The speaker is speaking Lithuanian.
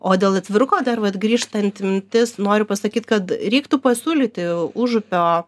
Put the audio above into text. o dėl atviruko dar vat grįžtant mintis noriu pasakyt kad reiktų pasiūlyti užupio